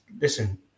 listen